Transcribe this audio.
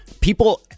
People